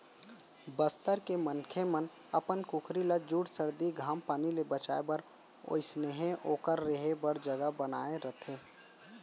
बस्तर के मनसे मन अपन कुकरी ल जूड़ सरदी, घाम पानी ले बचाए बर ओइसनहे ओकर रहें बर जघा बनाए रथें